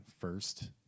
first